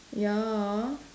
ya